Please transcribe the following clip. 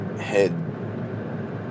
head